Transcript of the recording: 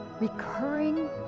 recurring